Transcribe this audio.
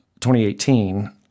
2018